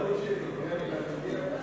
להעביר את